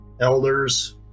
elders